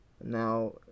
Now